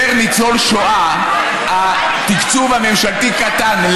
פר ניצול שואה התקצוב הממשלתי קטן.